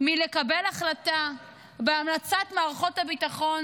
מלקבל החלטה בהמלצת מערכות הביטחון